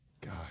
God